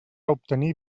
obtenir